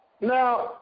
Now